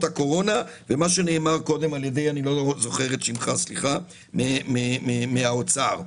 הקורונה ומה שנאמר קודם על ידי יוגב מהאוצר.